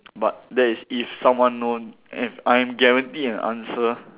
but that is if someone known if I'm guaranteed an answer